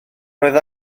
roedd